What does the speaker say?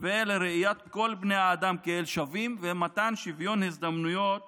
לראיית כל בני האדם כשווים ולמתן שוויון הזדמנויות